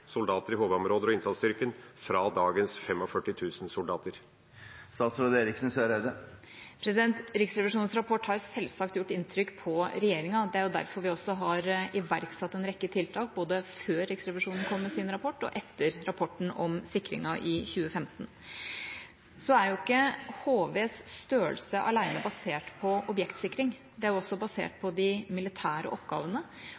soldater i HV-områder og innsatsstyrken fra dagens 45 000 soldater? Riksrevisjonens rapport har selvsagt gjort inntrykk på regjeringa. Det er derfor vi også har iverksatt en rekke tiltak både før Riksrevisjonen kom med sin rapport, og etter rapporten om sikringen i 2015. HVs størrelse alene er ikke basert på objektsikring. Det er også basert